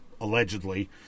allegedly